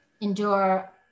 endure